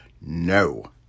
no